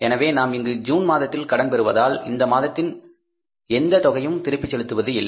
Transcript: எனவே நாம் இங்கு ஜூன் மாதத்தில் கடன் பெறுவதால் இந்த மாதத்தில் எந்த தொகையையும் திருப்பிச் செலுத்துவது இல்லை